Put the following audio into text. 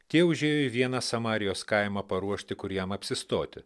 tie užėjo į vieną samarijos kaimą paruošti kur jam apsistoti